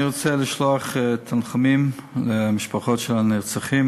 אני רוצה לשלוח תנחומים למשפחות של הנרצחים